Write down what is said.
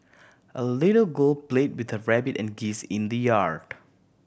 a little girl play with her rabbit and geese in the yard